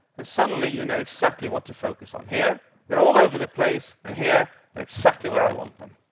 and suddenly, you know exactly what to focus on. here, they're all over the place, and here, they're exactly where i want them.